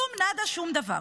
כלום, נאדה, שום דבר.